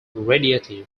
radiating